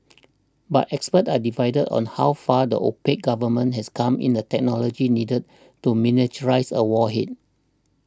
but experts are divided on how far the opaque government has come in the technology needed to miniaturise a warhead